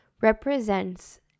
represents